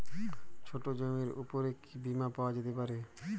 ছোট জমির উপর কি বীমা পাওয়া যেতে পারে?